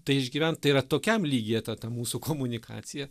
tai išgyvent tai yra tokiam lygyje ta ta mūsų komunikacija